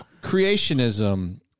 creationism